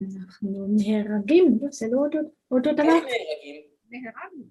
‫אנחנו נהרגים, זה לא אותו דבר. ‫-כן, נהרגים.